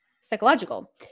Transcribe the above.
psychological